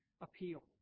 appeal